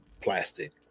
plastic